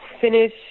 finish